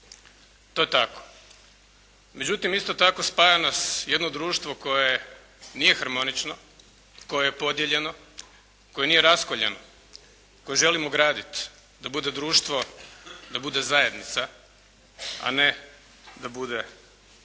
Hrvatskoj. Međutim isto tako spaja nas jedno društvo koje nije harmonično, koje je podijeljeno, koje nije raskoljeno, koje želimo graditi da bude društvo, da bude zajednica, a ne da bude